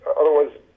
otherwise